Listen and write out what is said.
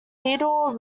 theodore